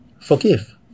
forgive